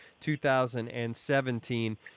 2017